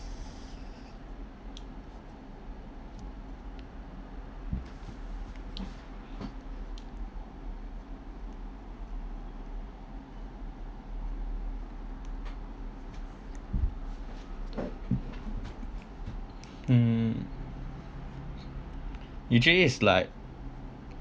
mm usually it's like